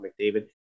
McDavid